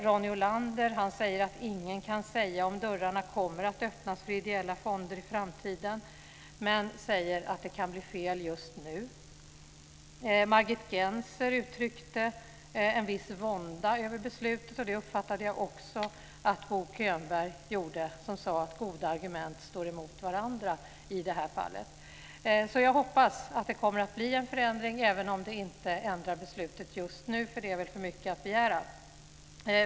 Ronny Olander säger att ingen kan säga om dörrarna kommer att öppnas för ideella fonder i framtiden, men att det kan bli fel just nu. Margit Gennser uttryckte en viss vånda över beslutet, och det uppfattade jag också att Bo Könberg gjorde. Han sade att goda argument står mot varandra i det här fallet. Jag hoppas att det kommer att bli en förändring även om det inte ändrar beslutet just nu, för det är väl för mycket att begära.